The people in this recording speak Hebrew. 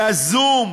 יזום,